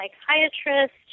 psychiatrist